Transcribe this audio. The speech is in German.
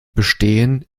bestehen